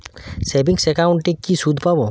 Savings একাউন্টে কি সুদ পাব?